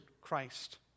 Christ